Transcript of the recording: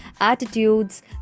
attitudes